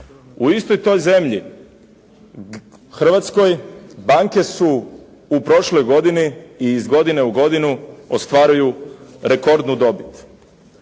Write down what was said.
U istoj zemlji Hrvatskoj, banke su u prošloj godini i iz godine u godinu ostvaruju rekordnu dobit.